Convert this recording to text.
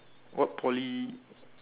what Poly